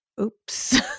oops